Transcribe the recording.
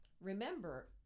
Remember